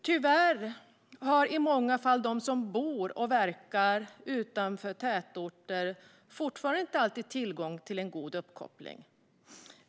Tyvärr har i många fall de som bor och verkar utanför tätorter fortfarande inte alltid tillgång till en god uppkoppling.